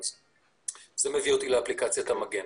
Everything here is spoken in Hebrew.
זה מביא אותי לאפליקציית "המגן".